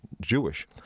Jewish